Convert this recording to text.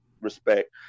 respect